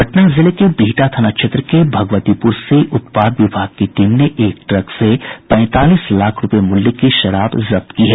पटना जिले के बिहटा थाना क्षेत्र के भगवतीपुर से उत्पाद विभाग की टीम ने एक ट्रक से पैंतालीस लाख रूपये मूल्य की शराब जब्त की है